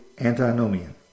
antinomian